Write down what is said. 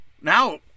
Now